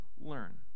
learn